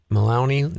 Maloney